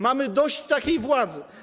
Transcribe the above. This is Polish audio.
Mamy dość takiej władzy.